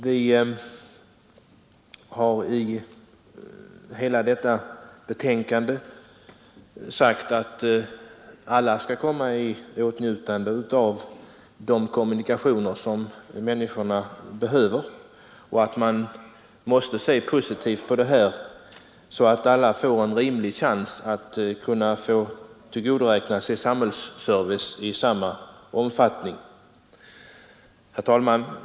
Vi har i betänkandet sagt att alla skall komma i åtnjutande av de kommunikationer de behöver och att man måste se positivt på saken, så att alla får möjlighet att tillgodogöra sig sam hällsservice i samma omfattning. Herr talman!